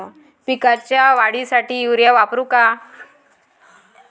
पिकाच्या वाढीसाठी युरिया वापरू का?